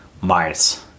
miles